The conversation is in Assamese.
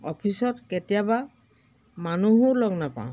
অফিচত কেতিয়াবা মানুহো লগ নাপাওঁ